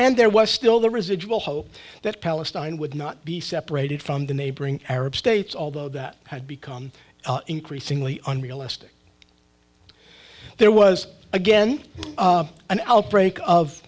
and there was still the residual hope that palestine would not be separated from the neighboring arab states although that had become increasingly unrealistic there was again an outbreak of